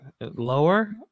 lower